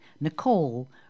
Nicole